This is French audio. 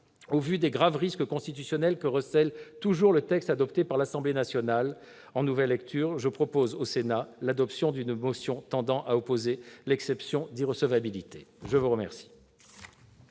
égard aux graves risques constitutionnels que recèle toujours le texte adopté par l'Assemblée nationale en nouvelle lecture, je proposerai au Sénat l'adoption d'une motion tendant à opposer l'exception d'irrecevabilité. La parole